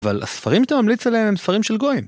אבל הספרים שאתה ממליץ עליהם הם ספרים של גוהם.